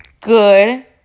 good